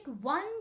one